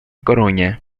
coruña